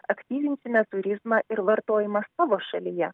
aktyvinsime turizmą ir vartojimą savo šalyje